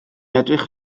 edrych